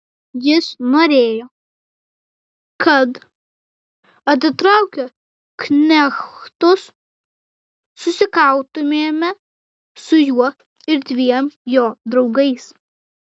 jis norėjo kad atitraukę knechtus susikautumėme su juo ir dviem jo draugais